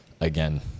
again